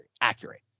accurate